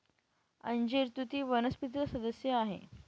अंजीर तुती वनस्पतीचा सदस्य आहे